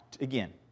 again